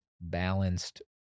balanced